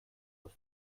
aus